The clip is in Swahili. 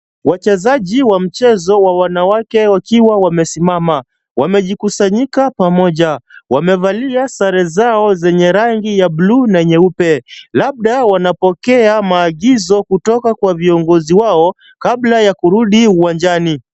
Wachezaji wa mchezo wa wanawake wakiwa wamesimama wamejikusanya pamoja. Wamevalia sare zao zenye rangi ya buluu na nyeupe. Labda wanapokea maagizo kutoka kwa viongozi wao kabla ya kurudi uwanjani.